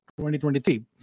2023